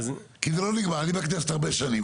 אני בכנסת הרבה שנים.